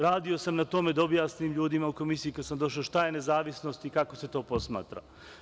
Radio sam na tome, da objasnim ljudima, u Komisiji kad sam došao, šta je nezavisnost i kako se to posmatra.